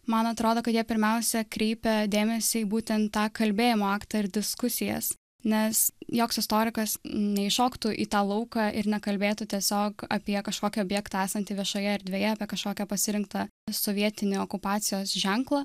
man atrodo kad jie pirmiausia kreipia dėmesį būtent tą kalbėjimo aktą ir diskusijas nes joks istorikas neįšoktų į tą lauką ir nekalbėtų tiesiog apie kažkokį objektą esantį viešoje erdvėje apie kažkokią pasirinktą sovietinį okupacijos ženklą